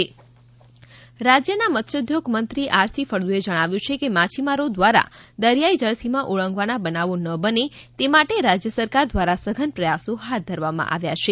વિધાનસભા રાજ્યના મત્સ્યોદ્યોગ મંત્રી આર સી ફળદુએ જણાવ્યું છે કે માછીમારો દ્વારા દરિયાઈ જળસીમા ઓળંગવાના બનાવો ન બને તે માટે રાજ્ય સરકાર દ્વારા સઘન પ્રયાસો હાથ ધરવામાં આવ્યા છે